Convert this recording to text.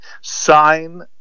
sign